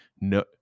No